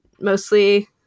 mostly